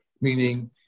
meaning